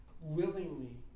willingly